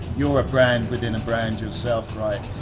you're a brand within a brand yourself, right?